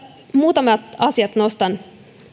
muutamat asiat nostan